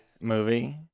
movie